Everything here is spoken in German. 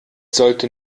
sollte